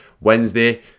wednesday